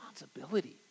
responsibility